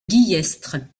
guillestre